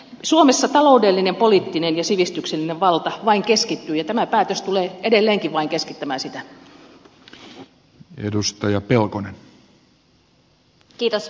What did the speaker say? suomessa taloudellinen poliittinen ja sivistyksellinen valta vain keskittyy ja tämä päätös tulee edelleenkin vain keskittämään sitä